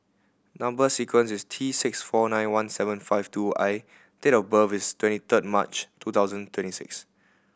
number sequence is T six four nine one seven five two I date of birth is twenty third March two thousand twenty six